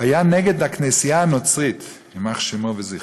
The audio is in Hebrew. היה נגד הכנסייה הנוצרית, יימח שמו וזכרו,